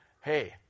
Hey